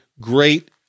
great